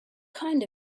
kind